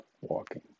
walking